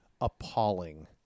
appalling